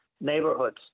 neighborhoods